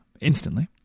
instantly